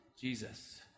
jesus